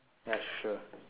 ya sure